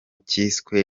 cyiswe